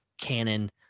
Canon